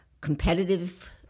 competitive